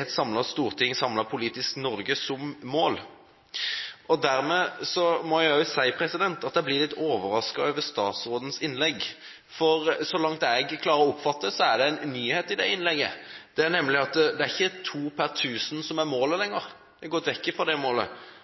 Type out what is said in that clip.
et samlet storting, et samlet politisk Norge, som mål. Dermed må jeg si at jeg blir litt overrasket over statsrådens innlegg, for så langt jeg klarer å oppfatte det, er det en nyhet i det innlegget. Det er nemlig ikke slik at det er to per 1 000 som er målet